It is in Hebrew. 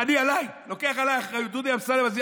אני לוקח עליי אחריות, דודי אמסלם מצביע.